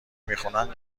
میخونن